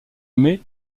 mai